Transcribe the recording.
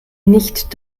nicht